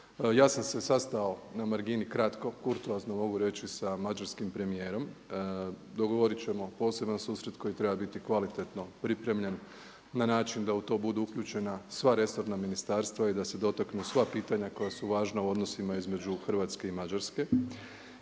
Ja sam se sastao na margini kratko kurtoazno mogu reći sa mađarskim premijerom. Dogovoriti ćemo poseban susret koji treba biti kvalitetno pripremljen na način da u to budu uključena sva resorna ministarstva i da se dotaknu sva pitanja koja su važna u odnosima između Hrvatske i Mađarske.